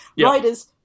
riders